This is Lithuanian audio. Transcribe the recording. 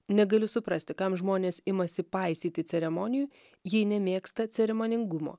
negaliu suprasti kam žmonės imasi paisyti ceremonijų jei nemėgsta ceremoningumo